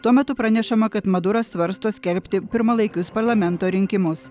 tuo metu pranešama kad maduras svarsto skelbti pirmalaikius parlamento rinkimus